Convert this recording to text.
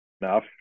enough